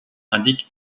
indique